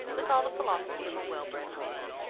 with all the philosophy of a well-bred woman,